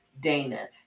Dana